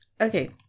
Okay